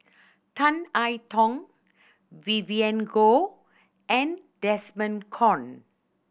Tan I Tong Vivien Goh and Desmond Kon